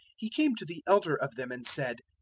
he came to the elder of them, and said,